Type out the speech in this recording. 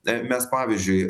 tai mes pavyzdžiui